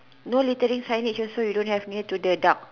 no littering signage also you don't have near to the duck